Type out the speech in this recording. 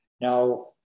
Now